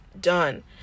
done